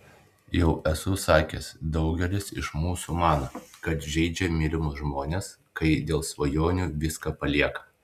jau esu sakęs daugelis iš mūsų mano kad žeidžia mylimus žmones kai dėl svajonių viską palieka